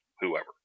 whoever